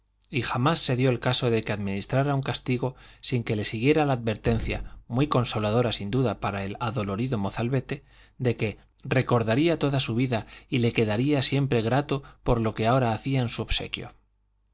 y jamás se dió el caso de que administrara un castigo sin que le siguiera la advertencia muy consoladora sin duda para el adolorido mozalbete de que recordaría toda su vida y le quedaría siempre grato por lo que ahora hacía en su obsequio